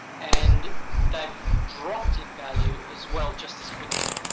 and they've dropped in value as well, just as quickly.